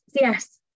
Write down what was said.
yes